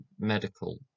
medical